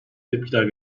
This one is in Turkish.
tepkiler